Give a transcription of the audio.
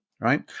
right